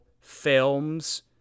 films